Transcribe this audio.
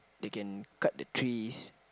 they can cut the trees